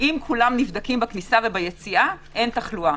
אם כולם נבדקים בכניסה וביציאה, אין תחלואה.